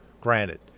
granted